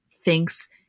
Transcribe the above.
thinks